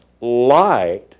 light